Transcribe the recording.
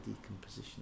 decomposition